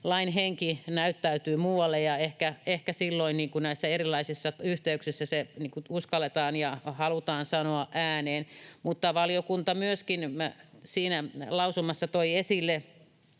lain henki näyttäytyy muualle ja ehkä silloin näissä erilaisissa yhteyksissä se uskalletaan ja halutaan sanoa ääneen. Mutta valiokunta myöskin siinä lausumassa,